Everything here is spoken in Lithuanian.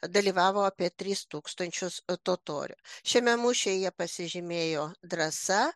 dalyvavo apie tris tūkstančisu totorių šiame mūšyje jie pasižymėjo drąsa